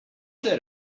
that